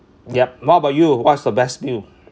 yup what about you what's your best meal